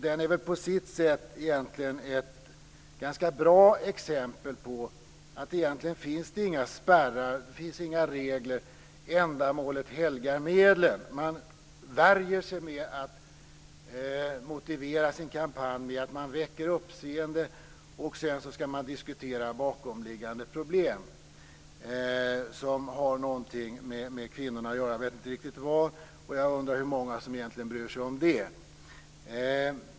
Den är på sitt sätt ett ganska bra exempel på att det egentligen inte finns några spärrar. Det finns inga regler. Ändamålet helgar medlen. Man värjer sig genom att motivera sin kampanj med att man väcker uppseende, och sedan skall man diskutera bakomliggande problem som har någonting med kvinnorna att göra, jag vet inte riktigt vad. Jag undrar hur många som egentligen bryr sig om det.